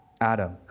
Adam